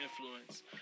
influence